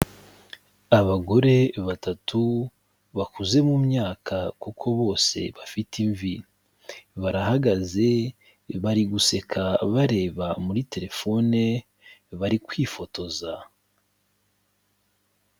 Abagore batatu bakuze mu myaka, kuko bose bafite imvi, barahagaze bari guseka bareba muri telefone, bari kwifotoza.